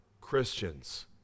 Christians